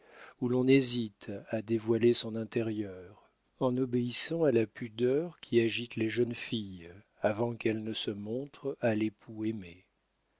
où l'on hésite à dévoiler son intérieur en obéissant à la pudeur qui agite les jeunes filles avant qu'elles ne se montrent à l'époux aimé